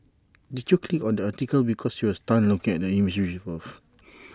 did you click on this article because you were stunned looking at the image above